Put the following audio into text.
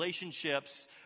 relationships